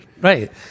Right